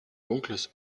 dunkles